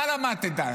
מה למדת?